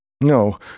No